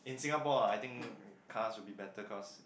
in Singapore ah I think cars would be better because